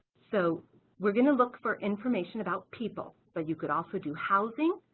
so we're going to look for information about people but you could also do housing,